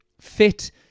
fit